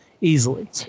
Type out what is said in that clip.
easily